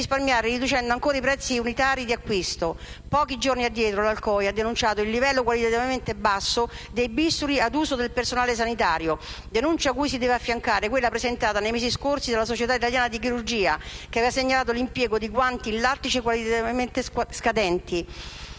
inoltre di risparmiare riducendo ancora i prezzi unitari di acquisto. Pochi giorni addietro l'Associazione chirurghi ospedalieri italiani (ACOI) ha denunciato il livello qualitativamente basso dei bisturi ad uso del personale sanitario; denuncia cui si deve affiancare quella presentata nei mesi scorsi dalla Società italiana di chirurgia, che aveva segnalato l'impiego di guanti in lattice qualitativamente scadenti,